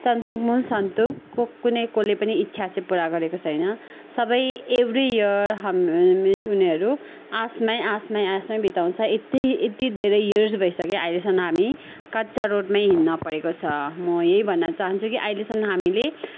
सन्तोष मुल सन्तोकको कुनै कसले पनि इच्छा चाहिँ पुरा गरेको छैन सबै एभ्री इयर हामी मिन्स उनीहरू आशमै आशमै आशमै बिताउँछ यत्ति यत्ति धेरै इयर्स भइसक्यो अहिलेसम्म हामी कच्चा रोडमै हिड्न परेको छ म यही भन्न चहान्छु कि अहिलेसम्म हामीले